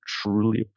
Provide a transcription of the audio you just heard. truly